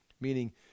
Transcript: meaning